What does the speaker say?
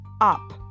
up